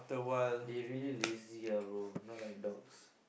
they really lazy ah bro not like dogs